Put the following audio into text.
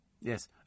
Yes